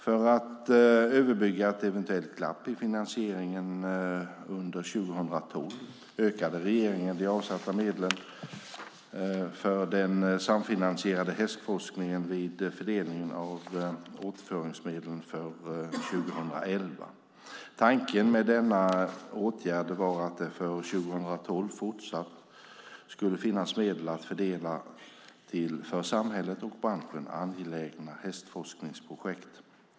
För att överbrygga ett eventuellt glapp i finansieringen under 2012 ökade regeringen de avsatta medlen för den samfinansierade hästforskningen vid fördelningen av återföringsmedlen för 2011. Tanken med denna åtgärd var att det för 2012 fortsatt skulle finnas medel att fördela till för samhället och branschen angelägna hästforskningsprojekt.